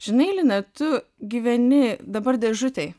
žinai lina tu gyveni dabar dėžutėj